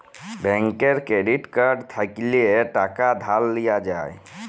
ব্যাংকের credit card থ্যাইকলে টাকা ধার লিয়া যায়